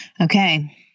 Okay